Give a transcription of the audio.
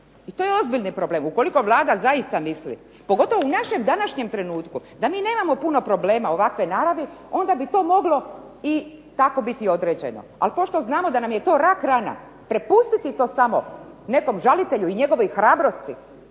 I to je ozbiljni problem, ukoliko Vlada zaista misli pogotovo u našem današnjem trenutku da mi nemamo problema ovakve naravi, onda bi to moglo tako biti određeno. Ali pošto znamo da je to rak rana, prepustiti to samo nekom žalitelju i njegovoj hrabrosti